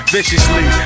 Viciously